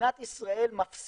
מדינת ישראל מפסידה